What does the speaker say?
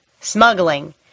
smuggling